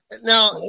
Now